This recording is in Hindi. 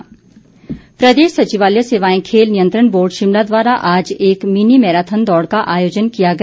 मैराथन प्रदेश सचिवालय सेवाएं खेल नियंत्रण बोर्ड शिमला द्वारा आज एक मिनी मैराथन दौड़ का आयोजन किया गया